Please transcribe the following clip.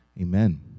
Amen